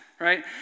Right